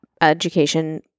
education